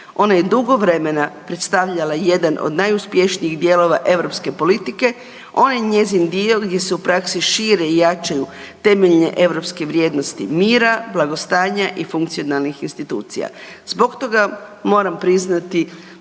Ona je dugo vremena predstavljala jedan od najuspješnijih dijelova EU politike, onaj njezin dio gdje se u praksi šire i jačaju temeljne EU vrijednosti mira, blagostanja i funkcionalnih institucija. Zbog toga moram priznati